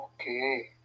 Okay